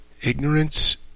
Ignorance